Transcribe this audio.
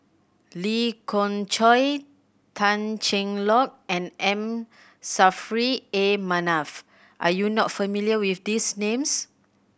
Lee Khoon Choy Tan Cheng Lock and M Saffri A Manaf are you not familiar with these names